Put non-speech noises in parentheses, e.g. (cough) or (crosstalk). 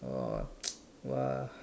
oh (noise) !wah!